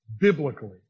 biblically